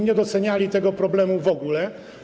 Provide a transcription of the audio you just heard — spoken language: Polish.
Nie doceniali tego problemu w ogóle.